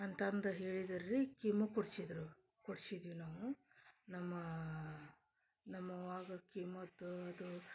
ಅಂತಂದು ಹೇಳಿದಾರೆ ರೀ ಕೀಮೋ ಕೊಡ್ಸಿದ್ರು ಕೊಡ್ಸಿದ್ವಿ ನಾವು ನಮ್ಮ ನಮ್ಮ ಅವ್ವಾಗ ಕೀಮೊದ್ದು ಅದು